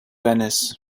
venice